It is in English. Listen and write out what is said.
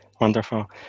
Wonderful